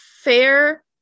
fair